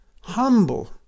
Humble